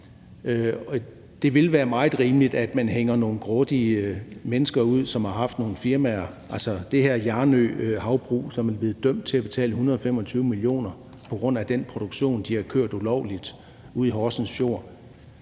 Det ville være meget rimeligt, at man hænger nogle grådige mennesker ud, som har haft nogle firmaer, f.eks. det her Hjarnø Havbrug, som er blevet dømt til at betale 125 mio. kr. på grund af den produktion, de har kørt ulovligt ude i Horsens Fjord.